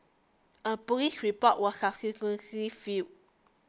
a police report was subsequently filed